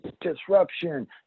Disruption